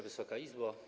Wysoka Izbo!